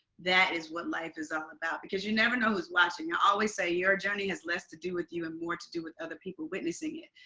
that is what life is all about, because you never know who is watching. i always say, your journey has less to do with you and more to do with other people witnessing it.